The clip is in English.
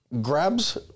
Grabs